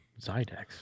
Zydex